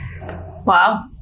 wow